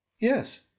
Yes